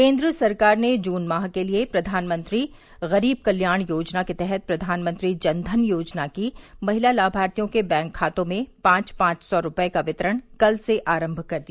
केंद्र सरकार ने जून माह के लिए प्रधानमंत्री गरीब कल्याण योजना के तहत प्रधानमंत्री जन धन योजना की महिला लामार्थियों के बैंक खातों में पांच पांच सौ रूपए का वितरण कल से आरंभ कर दिया